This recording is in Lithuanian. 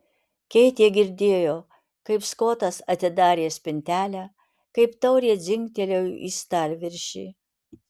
keitė girdėjo kaip skotas atidarė spintelę kaip taurė dzingtelėjo į stalviršį